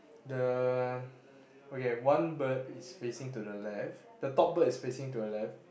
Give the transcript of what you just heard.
the okay one bird is facing to the left the top bird is facing to the left